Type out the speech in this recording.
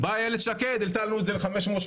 באה איילת שקד והעלתה לנו את זה ל-530,